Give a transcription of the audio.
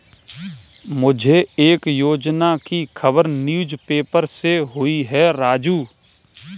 मुझे एक योजना की खबर न्यूज़ पेपर से हुई है राजू